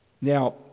Now